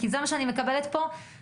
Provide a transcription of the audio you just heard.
כי זה מה שאני מקבלת פה מאנשים.